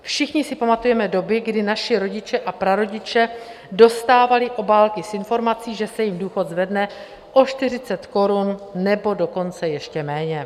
Všichni si pamatujeme doby, kdy naši rodiče a prarodiče dostávali obálky s informací, že se jim důchod zvedne o 40 korun, nebo dokonce ještě méně.